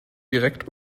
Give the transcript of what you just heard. direkt